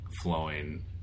flowing